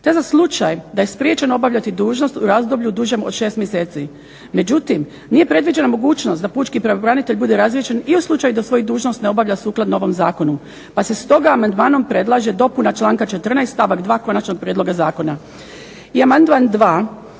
te za slučaj da je spriječen obavljati dužnost u razdoblju dužem od 6 mjeseci. Međutim, nije predviđena mogućnost da pučki pravobranitelj bude razriješen i u slučaju da svoju dužnost ne obavlja sukladno ovom zakonu, pa se stoga amandmanom predlaže dopuna članka 14. stavak 2. konačnog prijedloga zakona.